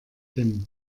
tim